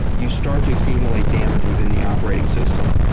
you start to accumulate damage within the operating system.